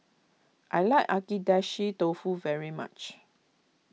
I like Agedashi Dofu very much